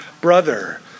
brother